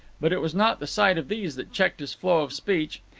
but it was not the sight of these that checked his flow of speech.